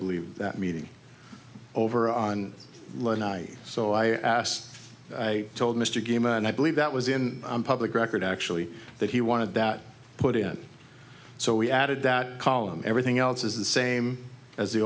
believe that meeting over on the night so i asked i told mr game and i believe that was in public record actually that he wanted that put in so we added that column everything else is the same as the